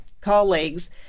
colleagues